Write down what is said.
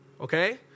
okay